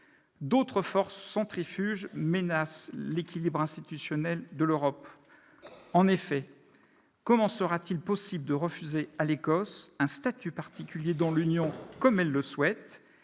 D'autres forces centrifuges menacent l'équilibre institutionnel de l'Europe. En effet, comment sera-t-il possible de refuser à l'Écosse un statut particulier dans l'Union européenne, comme elle le souhaite,